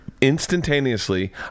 instantaneously